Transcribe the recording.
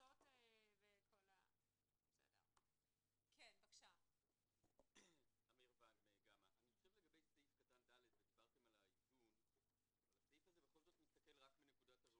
הדיון חייב להסתיים בשעה 11:00 על פי כללי